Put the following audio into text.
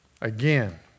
Again